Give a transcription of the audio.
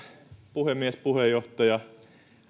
puhemies puheenjohtaja